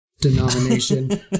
denomination